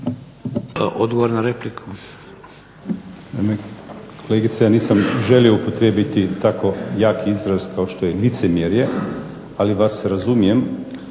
Odgovor na repliku.